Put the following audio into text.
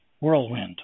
whirlwind